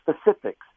specifics